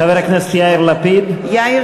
חבר הכנסת יאיר לפיד?